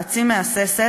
חצי מהססת,